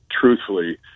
truthfully